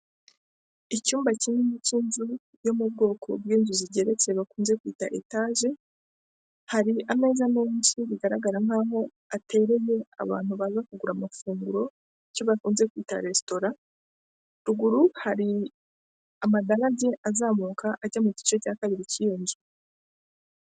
Icyumba kimwe cy'inzu yo mu bwoko bw'inzu zigeretse bakunze kwita etaje hari ameza menshi bigaragara nk'aho atereye abantu baje kugura amafunguro icyo bakunze kwita resitora, ruguru hari amadarabye azamuka ajya mu gice cya kabiri cy'iyo nzu.